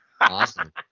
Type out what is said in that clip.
awesome